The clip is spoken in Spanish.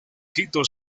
quito